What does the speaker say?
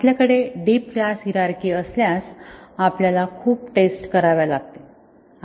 आपल्याकडे deep class hierarchy असल्यास आपल्याला खूप टेस्ट कराव्या लागतील